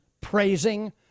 praising